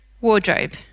wardrobe